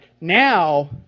Now